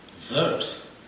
verse